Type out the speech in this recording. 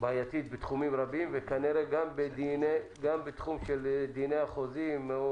בעייתית בתחומים רבים וכנראה גם בתחום של דיני החוזים,